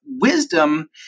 wisdom